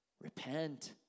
Repent